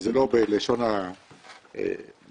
וזה לא בלשון המליצה,